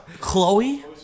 Chloe